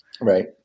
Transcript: Right